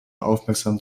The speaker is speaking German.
aufmerksam